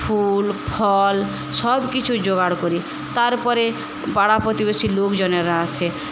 ফুল ফল সব কিছুর জোগাড় করি তারপরে পাড়া প্রতিবেশী লোকজনেরা আসে